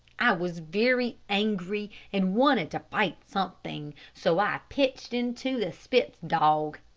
i was very angry and wanted to fight something, so i pitched into the spitz dog.